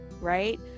right